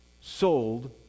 sold